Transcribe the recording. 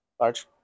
large